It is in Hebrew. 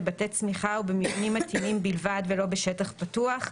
בבתי צמיחה או במבנים מתאימים בלבד ולא בשטח פתוח,